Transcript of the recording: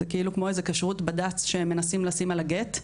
זה כאילו כמו כשרות בד"ץ שהם מנסים לשים על הגט.